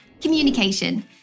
communication